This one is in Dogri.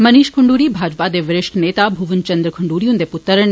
मनीश खंडरी भाजपा दे वरिश्ठ नेता भुवन चन्द्र खंडूरी हुन्दे पुत्र न